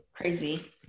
Crazy